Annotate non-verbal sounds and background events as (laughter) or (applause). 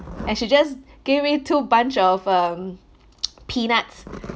and she just gave me two bunch of um (noise) peanuts